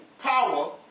power